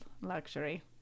luxury